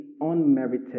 unmerited